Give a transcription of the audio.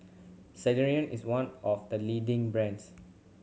Ceradan is one of the leading brands